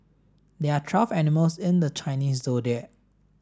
there are twelve animals in the Chinese Zodiac